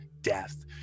death